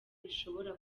bishobora